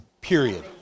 Period